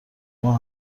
ماه